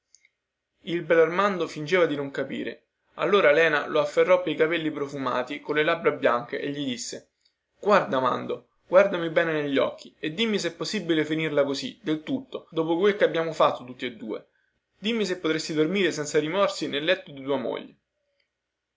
il bellarmando fingeva di non capire allora lena lo afferrò pei capelli profumati colle labbra bianche e gli disse guarda mando guardami bene negli occhi e dimmi sè possibile finirla così del tutto dopo quel che abbiamo fatto tutti e due dimmi se potresti dormire senza rimorsi nel letto di quella donna